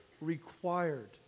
required